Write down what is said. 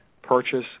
purchase